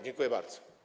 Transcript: Dziękuję bardzo.